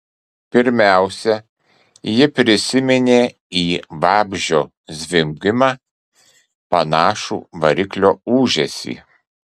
pirmiausia ji prisiminė į vabzdžio zvimbimą panašų variklio ūžesį